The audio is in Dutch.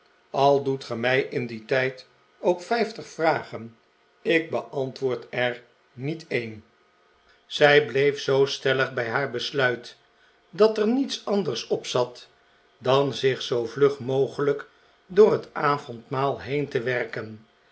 al doet ge mij in dien tijd ook vijftig vragen ik beantwoord er niet een zij bleef zoo stellig bij haar besluit dat er niets anders op zat dan zich zoo vlug mogelijk door het avondmaal heen te werken